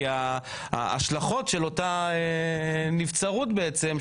כי ההשלכות של אותה נבצרות בעצם,